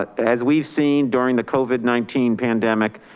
ah as we've seen during the covid nineteen pandemic,